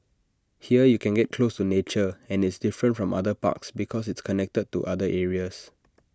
here you can get close to nature and it's different from other parks because it's connected to other areas